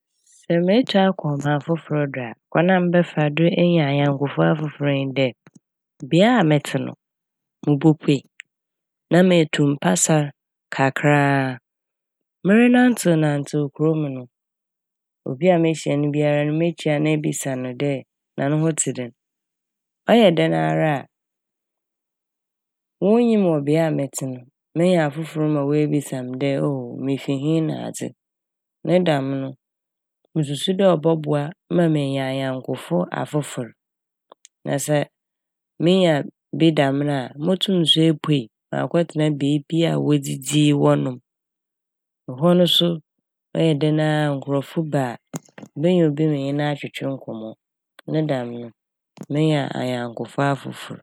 Sɛ metu akɔ ɔman fofor do a kwan a mɛfa do enya anyɛnkofo afofor nye dɛ bea a metse no mobopuei. Na metu mpasar kakra a merenantsewnantsew kurow mu no obi a mehyia n' biara n' mekyia n' na ebisa n' dɛ no ho tse dɛn. Ɔyɛ dɛn ara a wonnyim me wɔ bea metse no menya afofor ma woebisa me ooo! Mifi hɛn nadze. Ne dɛm no mususu dɛ ɔbɔboa ma menya anyɛnkofo afofor. Na sɛ minya bi dɛm no a metum so epuei akɔtsena beebi a wodzidzi wɔnom. Hɔ no so ɔyɛ dɛn a nkorɔfo ba a menya obi menye no atwetwe nkɔmmɔ ne dɛm no menya anyɛnkofo afofor.